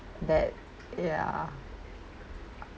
that yeah